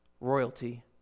royalty